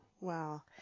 Wow